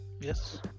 yes